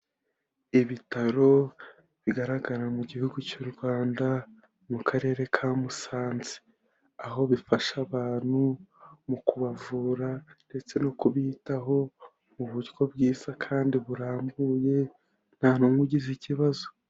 Ibitaro bigaragara mugihugu cy'u Rwanda mu karere ka Musanze aho bifasha abantu mu kubavura ndetse no kubitaho mu buryo bwiza kandi burambuye nta n'umwe ugize ikibazo.